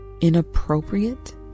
inappropriate